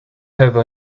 have